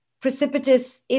precipitous